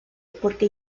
porque